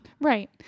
Right